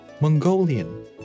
Mongolian